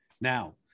Now